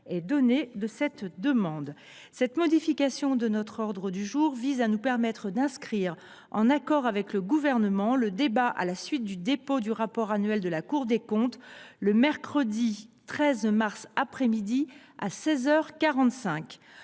est donné de cette demande. Cette modification de notre ordre du jour vise à nous permettre d’inscrire, en accord avec le Gouvernement, le débat à la suite du dépôt du rapport annuel de la Cour des comptes le mercredi 13 mars après midi, à seize